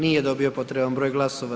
Nije dobio potreban broj glasova.